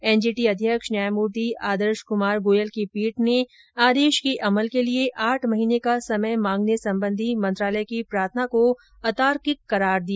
NGT अध्यक्ष न्यायमूर्ति आदर्श कमार गोयल की पीठ ने आदेश के अमल के लिए आठ महीने का समय मांगने संबंधी मंत्रालय की प्रार्थना को अतार्किक करार दिया